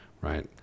right